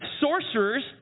sorcerers